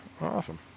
awesome